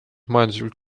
majanduslikult